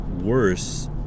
worse